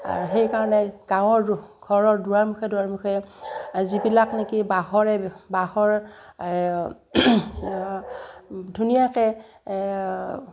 আৰু সেইকাৰণে গাঁৱৰ ঘৰৰ দুৱাৰমুখে দুৱাৰমুখে যিবিলাক নেকি বাঁহৰে বাঁহৰ ধুনীয়াকৈ